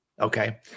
Okay